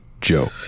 Joe